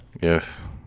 Yes